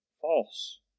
false